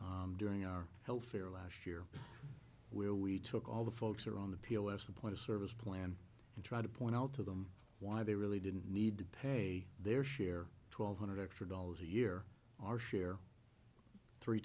during our health fair last year where we took all the folks around the pos the point of service plan and try to point out to them why they really didn't need to pay their share twelve hundred extra dollars a year our share three